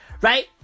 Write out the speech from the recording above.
Right